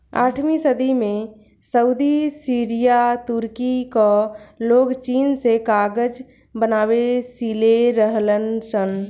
आठवीं सदी में सऊदी, सीरिया, तुर्की कअ लोग चीन से कागज बनावे सिले रहलन सन